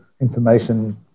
information